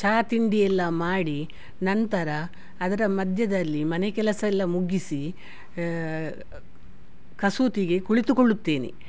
ಚಾ ತಿಂಡಿಯೆಲ್ಲ ಮಾಡಿ ನಂತರ ಅದರ ಮಧ್ಯದಲ್ಲಿ ಮನೆ ಕೆಲಸ ಎಲ್ಲ ಮುಗಿಸಿ ಕಸೂತಿಗೆ ಕುಳಿತುಕೊಳ್ಳುತ್ತೇನೆ